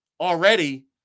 already